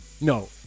No